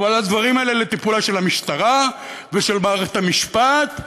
אבל הדברים האלה הם לטיפולן של המשטרה ושל מערכת המשפט.